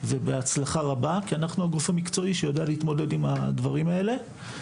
ובהצלחה רבה כי אנחנו הגוף המקצועי שיודע להתמודד עם הדברים האלה.